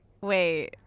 wait